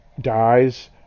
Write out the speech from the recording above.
dies